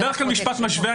בדרך כלל משפט משווה,